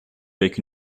avec